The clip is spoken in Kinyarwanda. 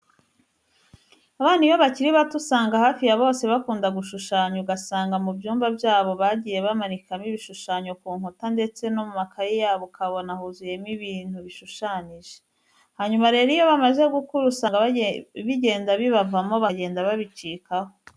Abana iyo bakiri bato usanga hafi ya bose bakunda gushushanya, ugasanga mu byumba byabo bagiye bamanikamo ibishushanyo ku nkuta ndetse no mu makayi yabo ukabona huzuyemo ibintu bashushanyije. Hanyuma rero iyo bamaze gukura usanga bigenda bibavamo bakagenda babicikaho.